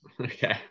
Okay